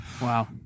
Wow